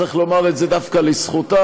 וצריך לומר את זה דווקא לזכותה,